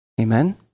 Amen